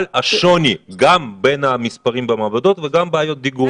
השוני גם בין המספרים במעבדות וגם בעיות דיגום.